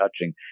touching